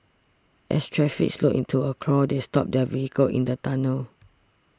as traffic slowed to a crawl they stopped their vehicle in the tunnel